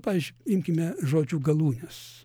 pavyzdžiui imkime žodžių galūnes